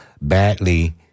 badly